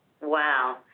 Wow